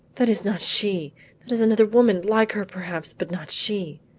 that is not she that is another woman, like her perhaps, but not she.